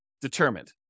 determined